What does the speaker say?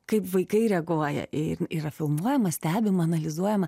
kaip vaikai reaguoja į yra filmuojama stebima analizuojama